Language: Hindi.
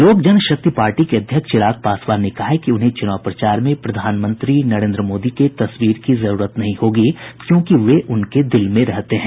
लोक जनशक्ति पार्टी के अध्यक्ष चिराग पासवान ने कहा है कि उन्हें चुनाव प्रचार में प्रधानमंत्री नरेन्द्र मोदी के तस्वीर की जरूरत नहीं होगी क्योंकि वे उनके दिल में रहते हैं